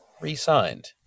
re-signed